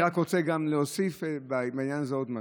אבל אני רק רוצה להוסיף בעניין הזה עוד משהו.